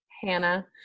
hannah